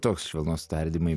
toks švelnus tardymai